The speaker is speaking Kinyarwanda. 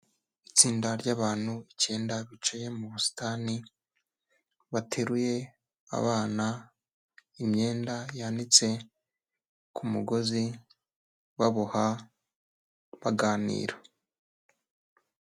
Itsinda ry'abantu icyenda bicaye mu busitani, bateruye abana, imyenda yanitse ku mugozi, baboha baganira.